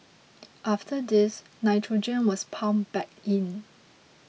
after this nitrogen was pumped back in